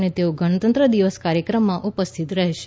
અને તેઓ ગણતંત્ર દિવસ કાર્યક્રમમાં ઉપસ્થિત રહેશે